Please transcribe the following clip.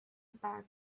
back